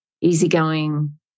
easygoing